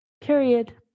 period